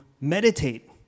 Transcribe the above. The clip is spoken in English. meditate